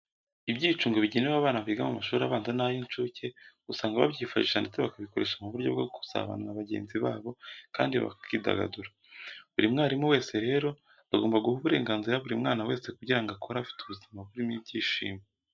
Ibyicungo bigenewe abana biga mu mashuri abanza n'ay'incuke, usanga babyifashisha ndetse bakabikoresha mu buryo bwo gusabana na bagenzi babo kandi bakidagadura. Buri mwarimu wese rero, agomba guha uburenganzira buri mwana wese kugira ngo akure afite ubuzima burimo ibyishimo.